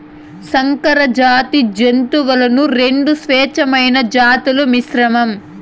సంకరజాతి జంతువులు రెండు స్వచ్ఛమైన జాతుల మిశ్రమం